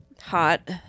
Hot